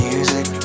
Music